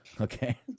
Okay